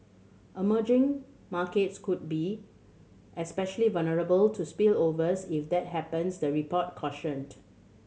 emerging markets could be especially vulnerable to spillovers if that happens the report cautioned